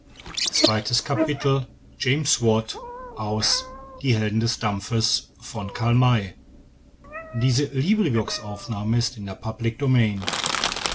die helden des dampfes